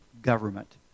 government